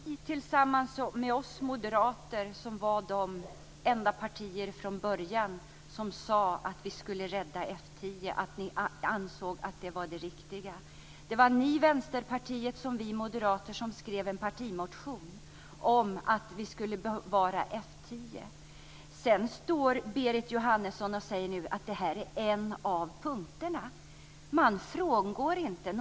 Fru talman! Det var ju Vänsterpartiet och vi moderater som från början var de enda partier som sade att vi skulle rädda F 10 och att vi ansåg att det var det riktiga. Det var ni i Vänsterpartiet, såväl som vi moderater, som skrev en partimotion om att vi skulle bevara F 10. Nu står Berit Jóhannesson och säger att det här bara är en av punkterna. Man frångår inte sådant.